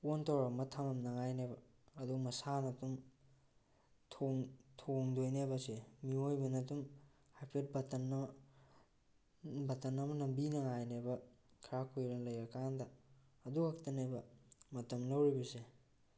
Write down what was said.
ꯑꯣꯟ ꯇꯧꯔꯝꯃ ꯊꯝꯃꯝꯅꯉꯥꯏꯅꯦꯕ ꯑꯗꯨꯝ ꯃꯁꯥꯅ ꯑꯗꯨꯝ ꯊꯣꯡꯗꯣꯏꯅꯦꯕ ꯑꯁꯦ ꯃꯤꯑꯣꯏꯕꯅ ꯑꯗꯨꯝ ꯍꯥꯏꯐꯦꯠ ꯕꯇꯜ ꯑꯃ ꯕꯇꯜ ꯑꯃ ꯅꯝꯕꯤꯅꯉꯥꯏꯅꯦꯕ ꯈꯔ ꯀꯨꯏꯅ ꯂꯩꯔꯀꯥꯟꯗ ꯑꯗꯨꯈꯛꯇꯅꯦꯕ ꯃꯇꯝ ꯂꯧꯔꯤꯕꯁꯦ